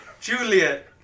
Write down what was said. Juliet